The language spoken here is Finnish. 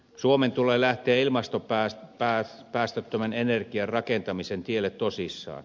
suomen tulee lähteä ilmastopäästöttömän energian rakentamisen tielle tosissaan